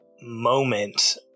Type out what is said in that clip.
moment